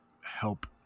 help